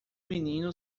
menino